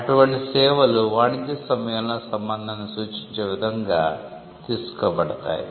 అటువంటి సేవలు వాణిజ్య సమయంలో సంబందాన్ని సూచించే విధంగా తీసుకోబడతాయి